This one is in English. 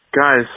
Guys